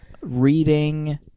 reading